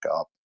up